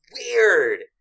weird